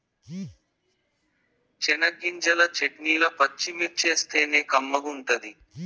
చెనగ్గింజల చెట్నీల పచ్చిమిర్చేస్తేనే కమ్మగుంటది